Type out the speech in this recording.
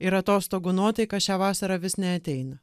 ir atostogų nuotaika šią vasarą vis neateina